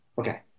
Okay